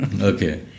Okay